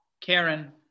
Karen